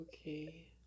Okay